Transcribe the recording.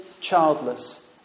childless